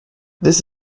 this